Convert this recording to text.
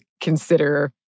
consider